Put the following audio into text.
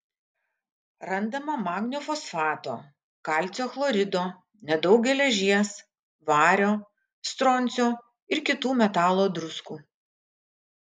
randama magnio fosfato kalcio chlorido nedaug geležies vario stroncio ir kitų metalo druskų